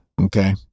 Okay